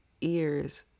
ears